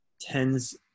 tens